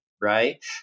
right